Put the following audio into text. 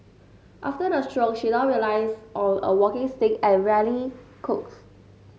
after the stroke she now relies on a walking stick and rarely cooks